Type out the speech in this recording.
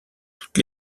toutes